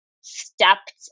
stepped